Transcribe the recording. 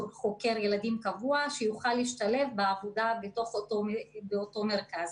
חוקר ילדים קבוע שיוכל להשתלב בעבודה בתוך אותו מרכז.